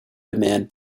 demand